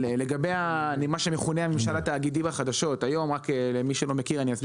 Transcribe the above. לגבי מה שמכונה הממשל התאגידי והחדשות למי שלא מכיר אני אסביר